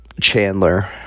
Chandler